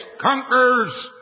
conquers